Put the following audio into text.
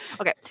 Okay